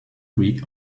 week